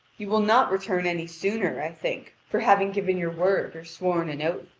you will not return any sooner. i think, for having given your word or sworn an oath.